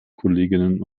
kolleginnen